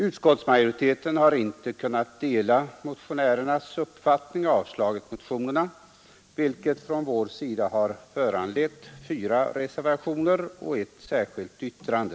Utskottsmajoriteten har inte kunnat dela motionärernas uppfattning utan avstyrkt motionerna, vilket från vår sida föranlett fyra reservationer och ett särskilt yttrande.